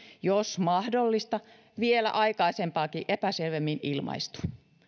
jos mahdollista vielä aikaisempaakin epäselvemmin ilmaistu